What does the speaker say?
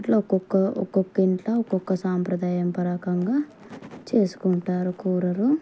అట్లా ఒక్కొక్క ఒక్కొక్క ఇంట్లో ఒక్కొక్క సాంప్రదాయం ప్రకారంగా చేసుకుంటారు కూరలు